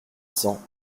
cents